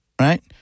Right